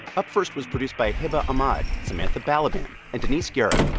up first was produced by hiba ahmad, samantha balaban and denise guerra.